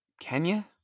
Kenya